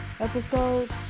episode